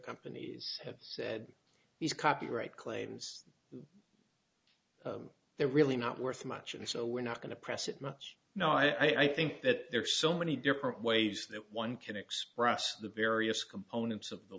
companies have said these copyright claims they're really not worth much and so we're not going to press it much no i think that there are so many different ways that one can express the various components of the